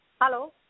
Hello